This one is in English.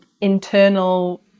internal